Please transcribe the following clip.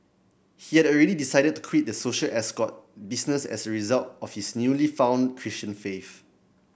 he had already decided to quit the social escort business as a result of his newly found Christian faith